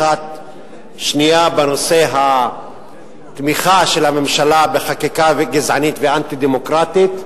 שנייה בנושא התמיכה של הממשלה בחקיקה גזענית ואנטי-דמוקרטית,